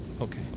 Okay